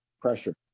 pressure